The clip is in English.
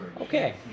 Okay